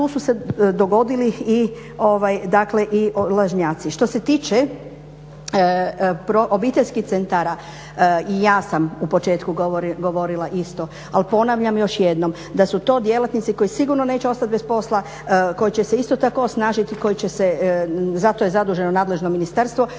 tu su se dogodili, dakle i lažnjaci. Što se tiče obiteljskih centara i ja sam u početku govorila isto. Ali ponavljam još jednom da su to djelatnici koji sigurno neće ostati bez posla, koji će se isto tako osnažiti, koji će se, za to je zaduženo nadležno ministarstvo